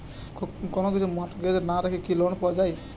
কোন কিছু মর্টগেজ না রেখে কি লোন পাওয়া য়ায়?